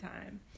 time